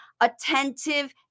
attentive